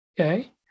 okay